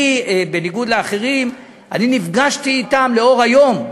אני, בניגוד לאחרים, נפגשתי אתם לאור היום.